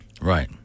Right